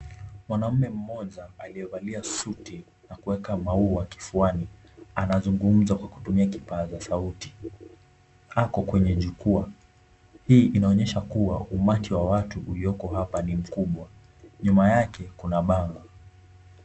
Mwanaume mmoja aliyevalia suti na kuweka maua kifuani anazungumza kutumia kipaza sauti ako kwenye jukwaa, hii inaonyesha kuwa umati wa watu uliyoko hapa ni mkubwa, nyuma yake kuna bango.